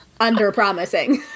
underpromising